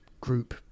group